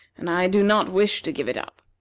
and i do not wish to give it up.